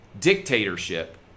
dictatorship